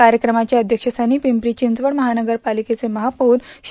कार्यक्रमाच्या अध्यक्षस्थानी पिंपरी चिंचवड महानगरपालिकेचे महापीर श्री